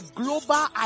global